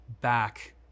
back